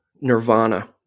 Nirvana